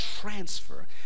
transfer